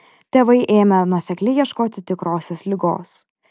tėvai ėmė nuosekliai ieškoti tikrosios ligos